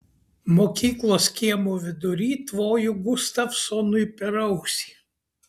mokyklos kiemo vidury tvojo gustavsonui per ausį